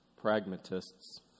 Pragmatists